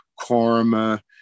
Karma